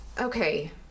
Okay